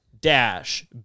dash